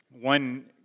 One